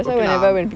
okay lah